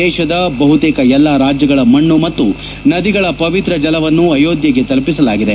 ದೇಶದ ಬಹುತೇಕ ಎಲ್ಲ ರಾಜ್ಗಳ ಮಣ್ಣ ಮತ್ತು ನದಿಗಳ ಪವಿತ್ರ ಜಲವನ್ನು ಅಯೋಧ್ಲೆಗೆ ತಲುಪಿಸಲಾಗಿದೆ